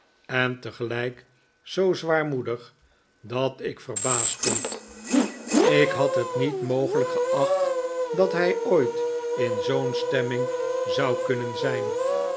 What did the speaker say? en tegelijk zoo zwaarmoedig dat ik verbaasd stond ik had het niet mogelijk geacht dat hij ooit in zoo'n stemming zou kunnen zijn